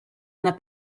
una